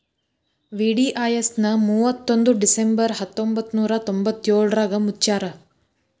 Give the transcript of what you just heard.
VDIS ನ ಮುವತ್ತೊಂದ್ December ಹತ್ತೊಂಬತ್ ನೂರಾ ತೊಂಬತ್ತಯೋಳ್ರಾಗ ಮುಚ್ಚ್ಯಾರ